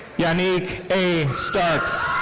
yanique a. starks.